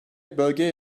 bölgeye